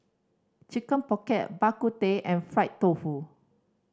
Chicken Pocket Bak Kut Teh and fried tofu